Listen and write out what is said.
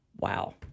Wow